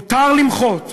מותר למחות,